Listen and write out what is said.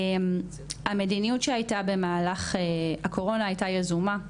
המדיניות שהייתה במהלך הקורונה הייתה יזומה.